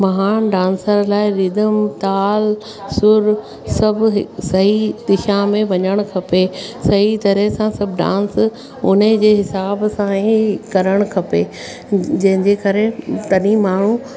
महान डांसर लाइ रिदम ताल सुर सभु सही दिशा में वञणु खपे सही तरह सां सभु डांस हुनजे हिसाब सां ई करणु खपे जंहिं जे करे तॾहिं माण्हू